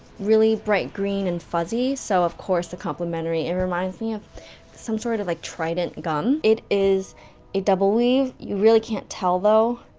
really bright green, and fuzzy, so of course, the complimentary it reminds me of some sort of like trident gum, it is a double weave, you really can't tell though,